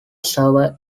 server